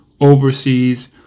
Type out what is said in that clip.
overseas